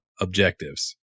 objectives